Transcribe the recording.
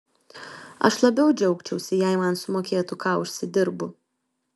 aš labiau džiaugčiausi jei man sumokėtų ką užsidirbu